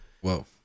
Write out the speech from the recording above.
Whoa